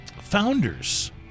Founders